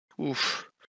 oof